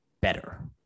better